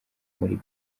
muri